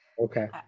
Okay